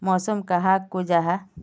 मौसम कहाक को जाहा?